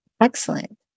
excellent